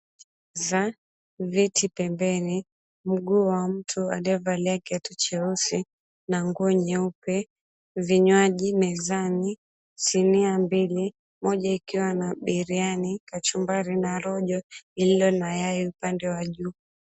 Meza, viti pembeni, mguu wa mtu aliyevalia kiatu cheusi na nguo nyeupe, vinywaji mezani, sinia mbili, moja ikiwa na biriani, kachumbari na rojo lililo na yai upande wa juu.